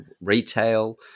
retail